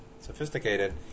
sophisticated